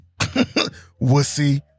Wussy